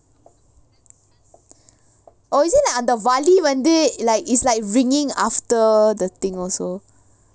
oh is it like அந்த வலி வந்து:antha vali vanthu like it's like ringing after the thing also